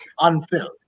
unfilled